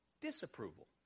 disapproval